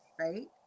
right